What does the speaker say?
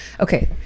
okay